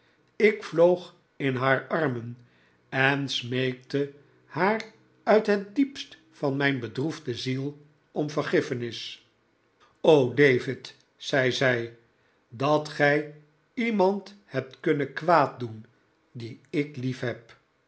ik vloog in haar arrnen en smeekte haar uit het diepst van mijn bedroefde ziel om vergiffenis q david zei zij dat gij iemand hebt kunnen kwaaddoen dien ik jiefheb